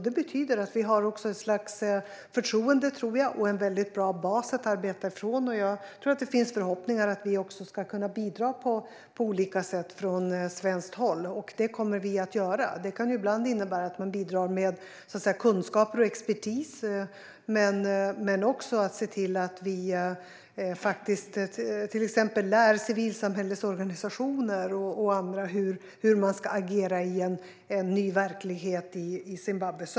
Det betyder också att det finns ett förtroende för Sverige och en bra bas att arbeta utifrån. Det finns förhoppningar om att vi ska kunna bidra på olika sätt från svenskt håll. Det kommer vi att göra. Det kan ibland innebära att bidra med kunskaper och expertis, till exempel att lära civilsamhällets organisationer och andra hur man ska agera i en ny verklighet i Zimbabwe.